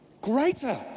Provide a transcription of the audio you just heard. Greater